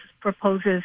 proposes